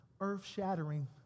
earth-shattering